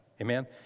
Amen